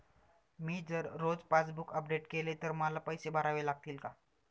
मी जर रोज passbook update केले तर मला पैसे भरावे लागतील का?